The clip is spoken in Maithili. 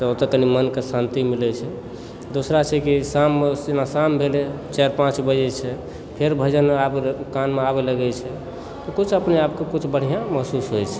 तऽ ओतय कनि मनकेँ शान्ति मिलय छै दोसरा छै कि जेना शाममे शाम भेलै चारि पाँच बजे छै फेर भजन कानमऽ आबय लगै छै तऽ किछु अपनेआपके कुछ बढिआँ महसूस होइ छै